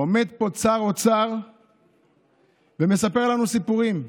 עומד פה שר אוצר ומספר לנו סיפורים.